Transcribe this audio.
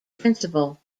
principal